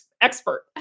expert